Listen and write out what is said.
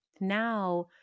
now